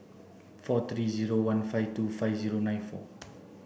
four three zero one five two five zero nine four